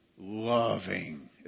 loving